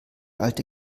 alte